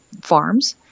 farms